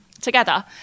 together